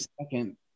second